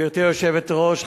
גברתי היושבת-ראש,